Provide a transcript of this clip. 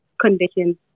conditions